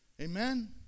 Amen